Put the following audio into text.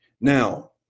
Now